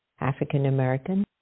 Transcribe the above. African-American